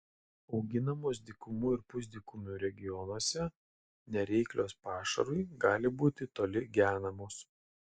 auginamos dykumų ir pusdykumių regionuose nereiklios pašarui gali būti toli genamos